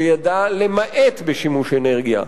שידע למעט בשימוש אנרגיה,